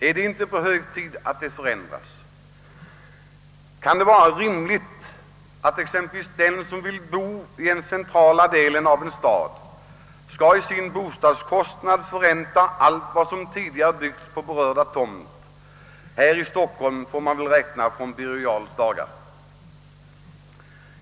Är det inte hög tid att det förändras? Kan det vara rimligt att exempelvis den som vill bo i den centrala delen av en stad i sin bostadskostnad skall förränta allt vad som tidigare byggts på berörda tomt? Här i Stockholm får man väl i så fall räkna från Birger Jarls dagar.